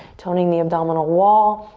toning the abdominal wall,